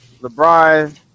LeBron